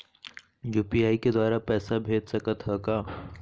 UPI के द्वारा पैसा भेज सकत ह का?